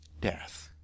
death